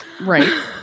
right